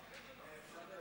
אדוני